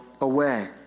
away